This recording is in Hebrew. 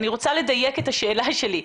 אני רוצה לדייק את השאלה שלי.